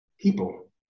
people